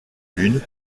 lune